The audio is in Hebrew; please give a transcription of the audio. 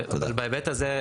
בהיבט הזה,